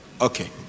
Okay